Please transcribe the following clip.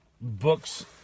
books